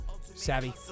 Savvy